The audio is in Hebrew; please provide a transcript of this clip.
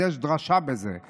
יש דרשה על זה.